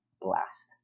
blast